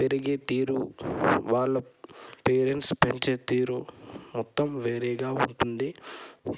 పెరిగే తీరు వాళ్ళ పేరెంట్స్ పెంచే తీరు మొత్తం వేరేగా ఉంటుంది